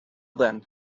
then